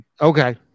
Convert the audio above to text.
Okay